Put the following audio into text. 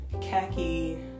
khaki